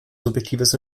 subjektives